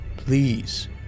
Please